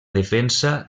defensa